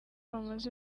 bamaze